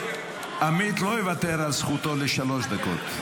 עמית לא יוותר על זכותו לשלוש דקות.